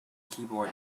keyboard